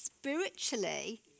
spiritually